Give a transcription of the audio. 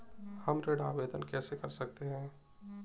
हम ऋण आवेदन कैसे कर सकते हैं?